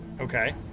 Okay